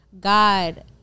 God